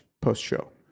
post-show